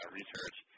research